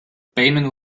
payment